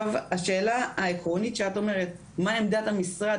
השאלה העקרונית שאת אומרת מה עמדת המשרד,